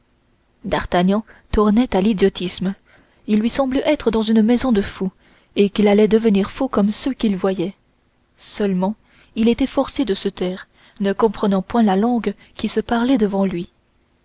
d'artagnan tournait à l'idiotisme il lui semblait être dans une maison de fous et qu'il allait devenir fou comme ceux qu'il voyait seulement il était forcé de se taire ne comprenant point la langue qui se parlait devant lui